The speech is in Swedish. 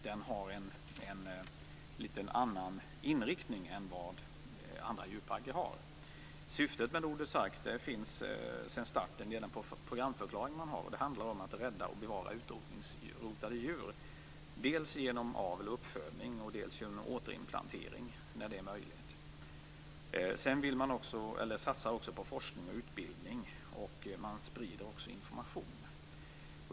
Den har en litet annorlunda inriktning jämfört med andra djurparker. Syftet med Nordens Ark finns sedan starten, dvs. redan i programförklaringen. Det handlar om att rädda och bevara utrotningshotade djur dels genom avel och uppfödning, dels genom återinplantering när så är möjligt. Man satsar också på forskning och utbildning. Vidare sprider man information.